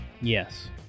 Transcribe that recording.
Yes